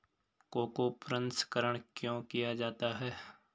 Cocoa प्रसंस्करण क्यों किया जाता है?